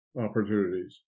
opportunities